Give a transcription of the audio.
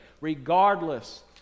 regardless